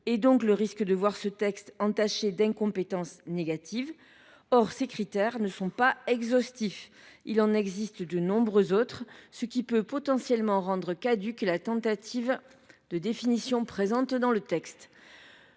et donc sur le risque de voir ce texte « entaché d’incompétence négative ». Mais ces critères ne sont pas exhaustifs ; il en existe de nombreux autres, ce qui peut potentiellement rendre caduque la tentative de définition présente dans le texte.